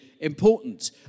important